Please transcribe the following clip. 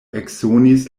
eksonis